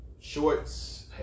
shorts